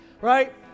right